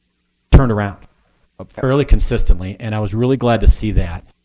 turn around fairly consistently. and i was really glad to see that,